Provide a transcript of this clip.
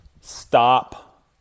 stop